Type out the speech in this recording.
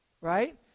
Right